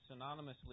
synonymously